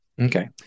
Okay